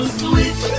switch